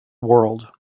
world